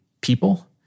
people